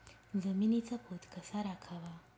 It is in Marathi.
जमिनीचा पोत कसा राखावा?